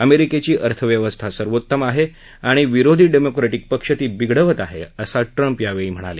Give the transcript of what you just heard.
अमेरिकेची अर्थव्यवस्था सर्वोत्तम आहे आणि विरोधी डेमोक्रेटीक पक्ष ती बिघडवत आहे असं ट्रम्प यावेळी म्हणाले